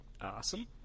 Awesome